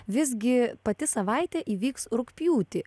visgi pati savaitė įvyks rugpjūtį